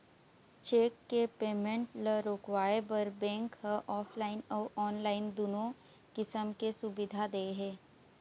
cheque के payment ल रोकवाए बर बेंक ह ऑफलाइन अउ ऑनलाईन दुनो किसम के सुबिधा दे हे